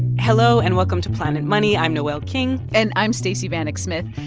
hello, and welcome to planet money. i'm noel king and i'm stacey vanek smith.